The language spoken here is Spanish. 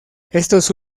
estos